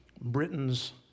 Britain's